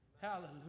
Hallelujah